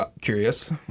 curious